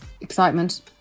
excitement